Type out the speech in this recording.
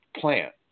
plant